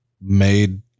made